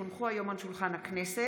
כי הונחה היום על שולחן הכנסת,